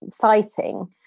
fighting